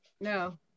No